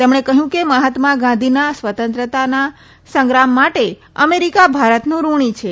તેમણે કહ્યું કે મહાત્મા ગાંધીના સ્વતંત્રતા સંગ્રામ માટે અમેરીકા ભારતનું ઋણી છે